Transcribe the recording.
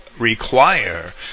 require